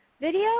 video